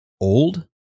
old